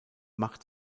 macht